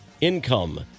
income